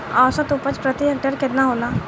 औसत उपज प्रति हेक्टेयर केतना होला?